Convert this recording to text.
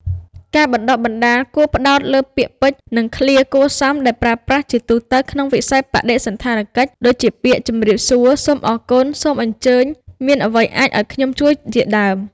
ការបណ្តុះបណ្តាលគួរផ្តោតលើពាក្យពេចន៍ និងឃ្លាគួរសមដែលប្រើប្រាស់ជាទូទៅក្នុងវិស័យបដិសណ្ឋារកិច្ច ដូចជាពាក្យ ជម្រាបសួរ សូមអរគុណ សូមអញ្ជើញ មានអ្វីអាចអោយខ្ញុំជួយ ជាដើម។